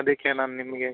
ಅದಕ್ಕೆ ನಾನು ನಿಮಗೆ